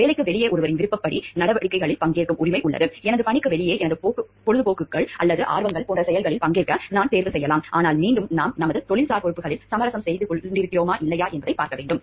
வேலைக்கு வெளியே ஒருவரின் விருப்பப்படி நடவடிக்கைகளில் பங்கேற்கும் உரிமை எனது பணிக்கு வெளியே எனது பொழுதுபோக்குகள் அல்லது ஆர்வங்கள் போன்ற செயல்களில் பங்கேற்க நான் தேர்வு செய்யலாம் ஆனால் மீண்டும் நாம் நமது தொழில்சார் பொறுப்புகளில் சமரசம் செய்துகொள்கிறோமா இல்லையா என்பதைப் பார்க்க வேண்டும்